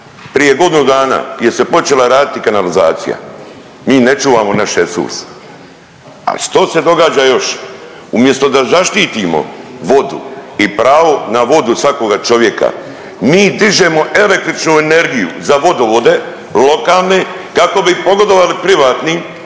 prije godinu dana je se počela raditi kanalizacija. Mi ne čuvamo naš resurs, a što se događa još? Umjesto da zaštitimo vodu i pravo na vodu svakoga čovjeka mi dižemo električnu energiju za vodovode lokalne kako bi pogodovali privatnim